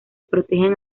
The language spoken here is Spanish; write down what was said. protegen